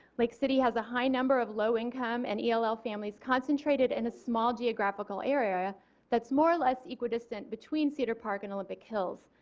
lake city has a high number of low income and ell ell families concentrated in a small geographical area more or less equidistant between cedar park and olympic hills.